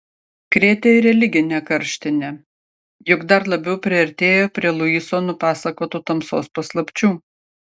krėtė ir religinė karštinė juk dar labiau priartėjo prie luiso nupasakotų tamsos paslapčių